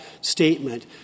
statement